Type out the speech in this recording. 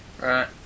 Right